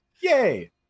Yay